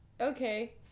Okay